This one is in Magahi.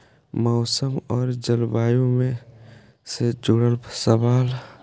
मौसम और जलवायु से जुड़ल सवाल?